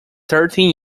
thirteen